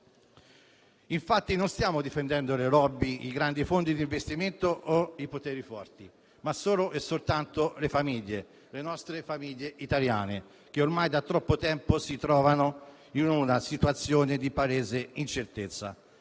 Infatti, non stiamo difendendo le *lobby*, i grandi fondi di investimento o i poteri forti, ma solo e soltanto le nostre famiglie italiane, che ormai da troppo tempo si trovano in una situazione di palese incertezza.